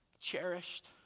cherished